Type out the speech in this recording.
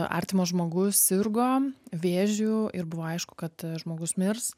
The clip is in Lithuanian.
artimas žmogus sirgo vėžiu ir buvo aišku kad žmogus mirs